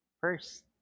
first